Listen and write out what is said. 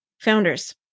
founders